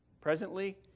Presently